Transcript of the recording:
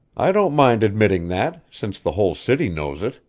i don't mind admitting that, since the whole city knows it,